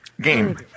Game